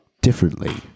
differently